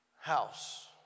house